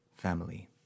family